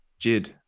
Jid